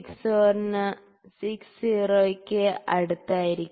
60 ന് അടുത്തായിരിക്കും